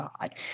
God